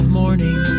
morning